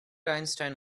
einstein